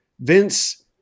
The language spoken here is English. Vince